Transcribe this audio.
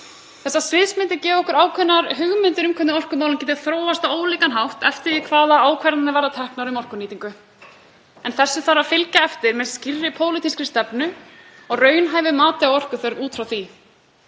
Þessar sviðsmyndir gefa okkur ákveðnar hugmyndir um hvernig orkumálin geta þróast á ólíkan hátt eftir því hvaða ákvarðanir verða teknar um orkunýtingu en þessu þarf að fylgja eftir með skýrri pólitískri stefnu og raunhæfu mati á orkuþörf út frá því.